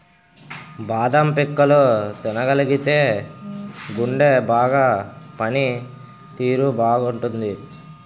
బాదం పిక్కలు తినగలిగితేయ్ గుండె బాగా పని తీరు బాగుంటాదట